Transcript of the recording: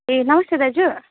ए नमस्ते दाजु